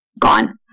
gone